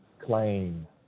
claim